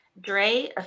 Dre